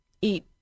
eat